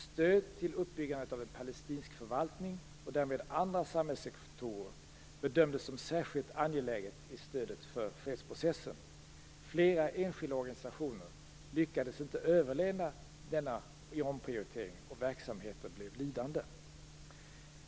Stöd till uppbyggandet av en palestinsk förvaltning och därmed andra samhällssektorer bedömdes som särskilt angeläget i stödet för fredsprocessen. Flera enskilda organisationer lyckades inte överleva denna omprioritering, och verksamheter blev lidande.